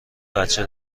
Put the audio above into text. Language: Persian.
بچه